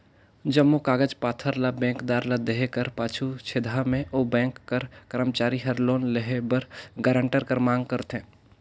जम्मो कागज पाथर ल बेंकदार ल देहे कर पाछू छेदहा में ओ बेंक कर करमचारी हर लोन लेहे बर गारंटर कर मांग करथे